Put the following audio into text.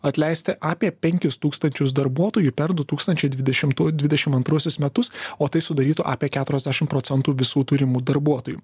atleisti apie penkis tūkstančius darbuotojų per du tūkstančiai dvidešimtų dvidešim antruosius metus o tai sudarytų apie keturiasdešim procentų visų turimų darbuotojų